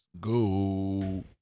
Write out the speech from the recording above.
go